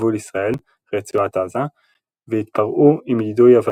לגבול ישראל – רצועת עזה והתפרעו עם יידוי אבנים,